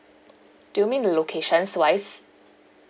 do you mean the locations wise